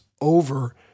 over